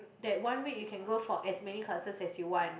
that one week you can go for as many classes as you want